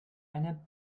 einer